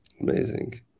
Amazing